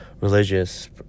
religious